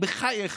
בחייך,